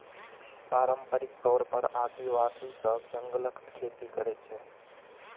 पारंपरिक तौर पर आदिवासी सब जंगलक खेती करय छै